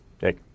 Jake